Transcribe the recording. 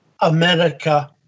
America